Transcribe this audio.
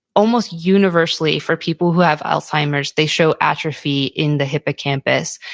almost universally for people who have alzheimer's, they show atrophy in the hippocampus.